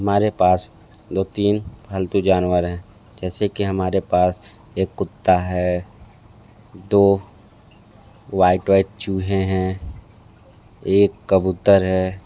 हमारे पास दो तीन पालतू जानवर हैं जैसे कि हमारे पास एक कुत्ता है दो वाइट वाइट चूहें हैं एक कबूतर है